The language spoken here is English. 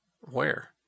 Where